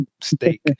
steak